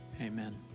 Amen